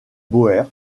bauer